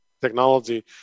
technology